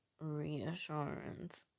reassurance